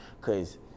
Cause